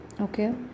okay